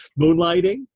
moonlighting